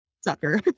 sucker